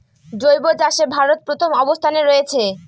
জৈব চাষে ভারত প্রথম অবস্থানে রয়েছে